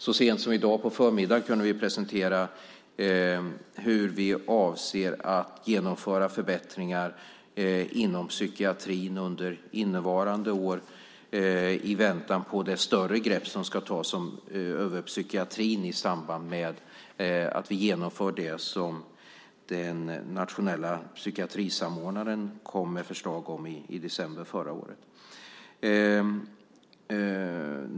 Så sent som i dag på förmiddagen kunde vi presentera hur vi avser att genomföra förbättringar inom psykiatrin under innevarande år, i väntan på det större grepp som ska tas över psykiatrin i samband med att vi genomför det som den nationella psykiatrisamordnaren kom med förslag om i december förra året.